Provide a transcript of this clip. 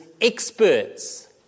experts